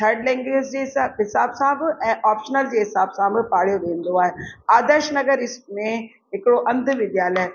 third language जे हिसाब हिसाब सां बि ऐं ऑप्श्नल जे हिसाब सां बि पढ़ायो वेंदो आहे आदर्श नगर स्कूल में हिकिड़ो अंध विध्यालय आहे